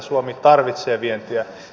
suomi tarvitsee vientiä